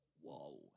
Whoa